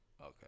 Okay